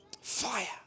Fire